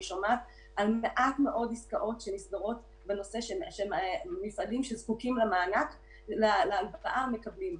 שומעת על מעט עסקאות שנסגרות שמפעלים שזקוקים להלוואה מקבלים.